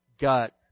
got